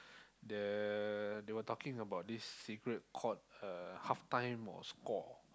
the they were talking about this cigarette called halftime or score